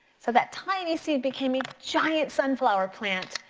so that tiny seed became a giant sunflower plant.